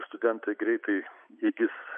studentai greitai įgis